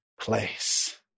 place